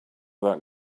that